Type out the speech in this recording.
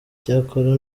icyakora